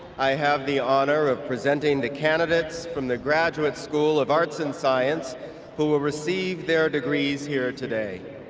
i have the honor of presenting the candidates from the graduate school of arts and science who will receive their degrees here today.